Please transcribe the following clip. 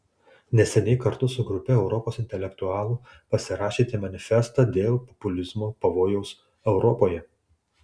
neseniai kartu su grupe europos intelektualų pasirašėte manifestą dėl populizmo pavojaus europoje